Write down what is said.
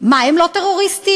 מה, הם לא טרוריסטים?